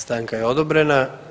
Stanka je odobrena.